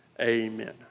amen